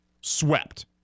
Swept